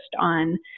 on